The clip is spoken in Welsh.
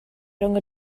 rhwng